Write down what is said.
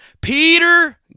Peter